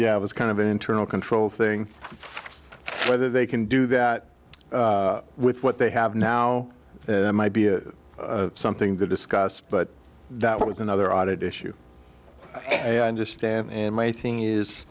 yeah it was kind of an internal control thing whether they can do that with what they have now might be something to discuss but that was another audit issue i understand and my thing is